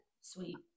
sweet